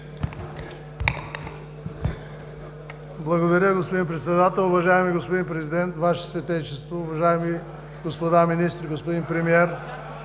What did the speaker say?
Благодаря, господин Председател. Уважаеми господин Президент, Ваше Светейшество, уважаеми господа министри, господин Премиер,